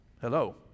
hello